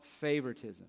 favoritism